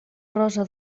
rosa